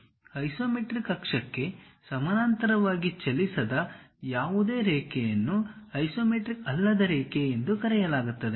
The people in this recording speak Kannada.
ಐಸೊಮೆಟ್ರಿಕ್ ಅಕ್ಷಕ್ಕೆ ಸಮಾನಾಂತರವಾಗಿ ಚಲಿಸದ ಯಾವುದೇ ರೇಖೆಯನ್ನು ಐಸೊಮೆಟ್ರಿಕ್ ಅಲ್ಲದ ರೇಖೆ ಎಂದು ಕರೆಯಲಾಗುತ್ತದೆ